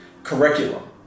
curriculum